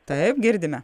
taip girdime